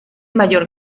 mayor